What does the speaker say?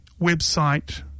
website